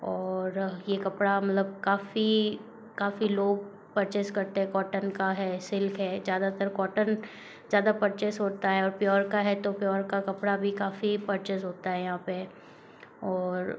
और यह कपड़ा मतलब काफ़ी काफ़ी लोग परचेस करते कॉटन का है सिल्क है ज़्यादातर कॉटन ज़्यादा पर्चेस होता है और प्योर का है तो प्योर का कपड़ा अभी काफी परचेज होता है यहाँ पर और